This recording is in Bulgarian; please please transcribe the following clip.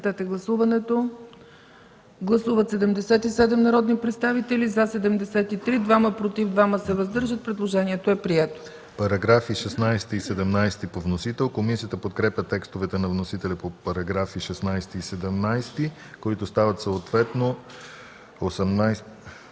Комисията подкрепя текстовете на вносителя за параграфи 60 и 61, които стават съответно